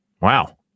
Wow